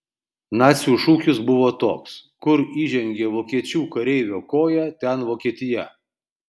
nacių šūkis buvo toks kur įžengė vokiečių kareivio koja ten vokietija